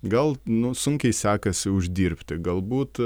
gal nu sunkiai sekasi uždirbti galbūt